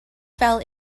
fell